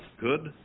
Good